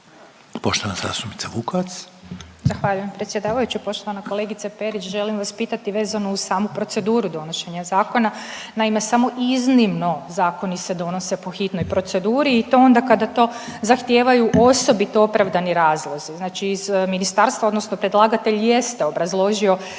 Ružica (Nezavisni)** Zahvaljujem predsjedavajući. Poštovana kolegice Perić, želim vas pitati vezano uz samu proceduru donošenja zakona. Naime, samo iznimno zakoni se donose po hitnoj proceduri i to onda kada to zahtijevaju osobito opravdani razlozi, znači iz ministarstva odnosno predlagatelj jeste obrazložio